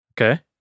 Okay